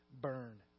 burn